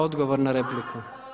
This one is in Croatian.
Odgovor na repliku.